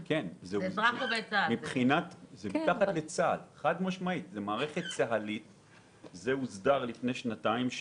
זה כן, זו מערכת צה"לית שהוסדרה לפני שנתיים.